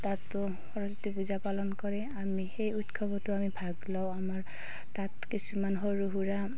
তাতো সৰস্বতী পূজা পালন কৰি আমি সেই উৎসৱটো আমি ভাগ লওঁ আমাৰ তাত কিছুমান সৰু সুৰা